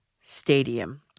stadium